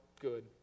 good